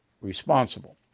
responsible